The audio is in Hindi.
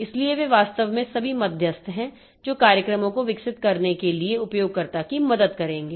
इसलिए वे वास्तव में सभी मध्यस्थ हैं जो कार्यक्रमों को विकसित करने के लिए उपयोगकर्ता की मदद करेंगे